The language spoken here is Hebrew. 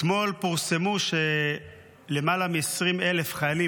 אתמול פורסמו שלמעלה מ-20,000 חיילים